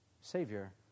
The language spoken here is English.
savior